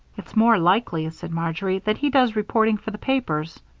it's more likely, said marjory, that he does reporting for the papers.